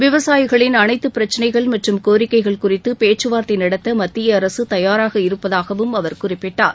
விவசாயிகளின் அனைத்துப் பிரச்சினைகள் மற்றும் கோரிக்கைகள் குறித்து பேச்சுவார்த்தைகள் நடத்த மத்திய அரசு தயாராக இருப்பதாகவும் அவர் குறிப்பிட்டார்